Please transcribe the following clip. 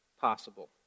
possible